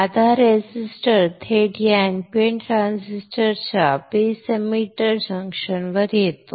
आता हा रेझिस्टर थेट या npn ट्रान्झिस्टरच्या बेस एमिटर जंक्शन वर येतो